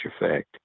effect